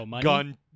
gun